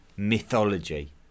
mythology